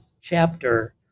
chapter